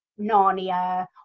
Narnia